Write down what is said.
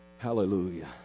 Hallelujah